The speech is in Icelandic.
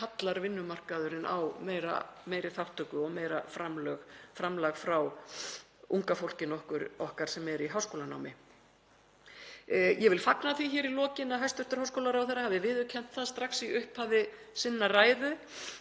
kallar vinnumarkaðurinn á meiri þátttöku og meira framlag frá unga fólkinu okkar sem er í háskólanámi. Ég vil fagna því í lokin að hæstv. dómsmálaráðherra hafi viðurkennt það strax í upphafi sinnar ræðu